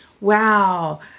Wow